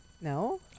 No